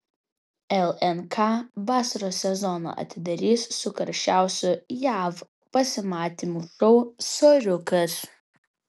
lnk vasaros sezoną atidarys su karščiausiu jav pasimatymų šou soriukas